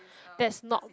that's not